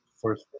first